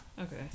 Okay